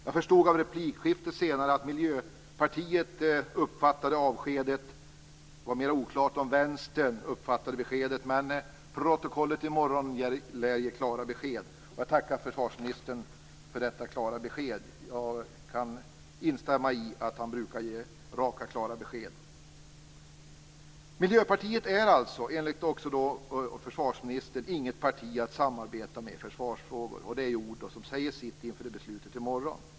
Jag förstod av replikskiftet senare att Miljöpartiet uppfattade avskedet. Det var mera oklart om Vänstern uppfattade avskedet, men protokollet i morgon lär ge klara besked. Jag tackar försvarsministern för detta klara besked. Jag kan instämma i att han brukar ge klara raka besked. Miljöpartiet är alltså, enligt försvarsministern inte något parti att samarbeta med i försvarsfrågor. Det är ju ord som säger sitt inför beslutet i morgon.